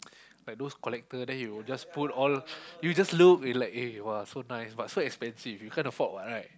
like those collector then he will just put all you just look you like eh !wah! so nice but so expensive you can't afford what right